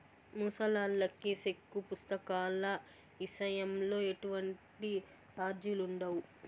ముసలాల్లకి సెక్కు పుస్తకాల ఇసయంలో ఎటువంటి సార్జిలుండవు